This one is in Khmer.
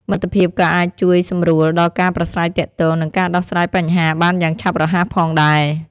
មិត្តភាពក៏អាចជួយសម្រួលដល់ការប្រាស្រ័យទាក់ទង និងការដោះស្រាយបញ្ហាបានយ៉ាងឆាប់រហ័សផងដែរ។